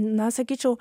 na sakyčiau